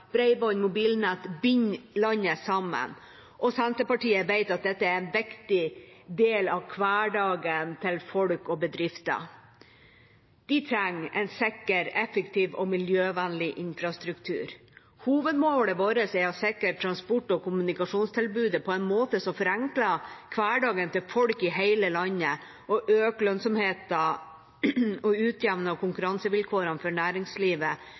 og mobilnett binder landet sammen, og Senterpartiet vet at dette er en viktig del av hverdagen for folk og bedrifter. De trenger en sikker, effektiv og miljøvennlig infrastruktur. Hovedmålet vårt er å sikre transport- og kommunikasjonstilbudet på en måte som forenkler hverdagen til folk i hele landet og øker lønnsomheten og utjevner konkurransevilkårene for næringslivet